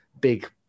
big